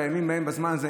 בימים ההם בזמן הזה.